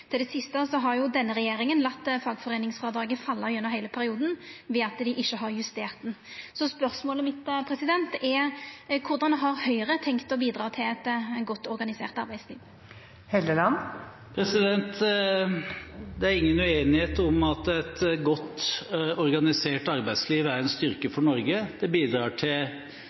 gjeld det siste, har denne regjeringa late fagforeiningsfrådraget falla gjennom heile perioden ved at dei ikkje har justert det. Så spørsmålet mitt er: Korleis har Høgre tenkt å bidra til eit godt organisert arbeidsliv? Det er ingen uenighet om at et godt organisert arbeidsliv er en styrke for Norge. Det bidrar til